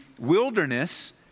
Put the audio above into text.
wilderness